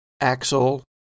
Axel